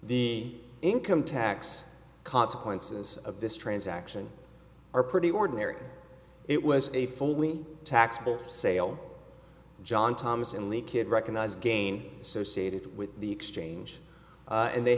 the income tax consequences of this transaction are pretty ordinary it was a fully taxable sale john thomas and lee kidd recognize again so seated with the exchange and they